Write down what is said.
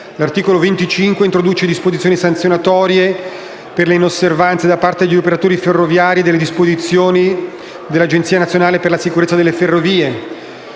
L'articolo 25 introduce disposizioni sanzionatorie per le inosservanze, da parte degli operatori ferroviari, delle disposizioni adottate dall'Agenzia nazionale per la sicurezza delle ferrovie